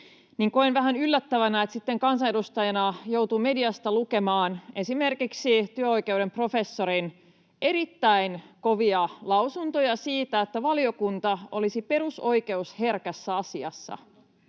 niin koen vähän yllättävänä, että sitten kansanedustajana joutuu mediasta lukemaan esimerkiksi työoikeuden professorin erittäin kovia lausuntoja siitä, että valiokunta olisi perusoikeusherkässä asiassa